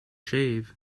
shave